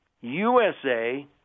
USA